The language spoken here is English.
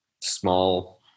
small